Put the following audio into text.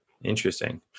Interesting